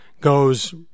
goes